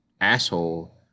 asshole